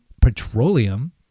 petroleum